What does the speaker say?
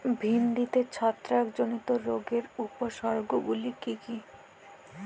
ভিন্ডিতে ছত্রাক জনিত রোগের উপসর্গ গুলি কি কী?